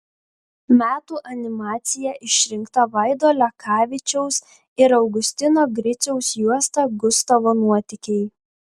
metų animacija išrinkta vaido lekavičiaus ir augustino griciaus juosta gustavo nuotykiai